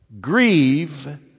grieve